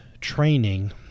training